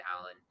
Alan